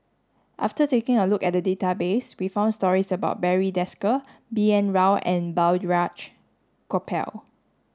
after taking a look at the database we found stories about Barry Desker B N Rao and Balraj Gopal